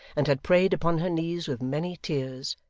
and had prayed upon her knees with many tears,